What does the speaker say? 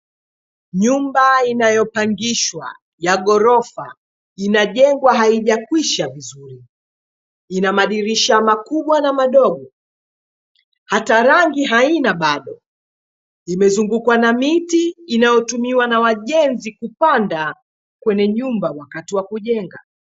Nyumba inayopangishwa ya ghorofa inajengwa haijakwisha vizuri. Ina madirisha makubwa na madogo hata rangi haina bado. Imezungukwa na miti inayotumiwa na wajenzi kupanda kwenye nyumba wakati wa kujenga.